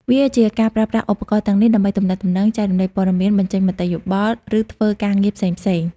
វាជាការប្រើប្រាស់ឧបករណ៍ទាំងនេះដើម្បីទំនាក់ទំនង ចែករំលែកព័ត៌មាន បញ្ចេញមតិយោបល់ ឬធ្វើការងារផ្សេងៗ។